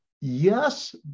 Yes